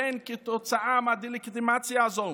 לכן, כתוצאה מהדה-לגיטימציה הזו